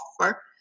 offer